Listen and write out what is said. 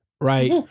right